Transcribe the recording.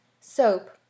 Soap